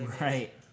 Right